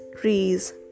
trees